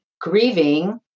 grieving